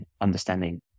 understanding